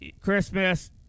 Christmas